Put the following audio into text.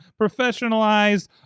professionalized